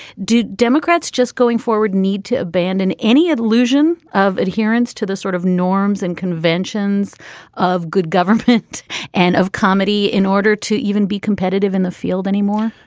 did democrats just going forward need to abandon any illusion of adherence to the sort of norms and conventions of good government and of comedy in order to even be competitive in the field anymore?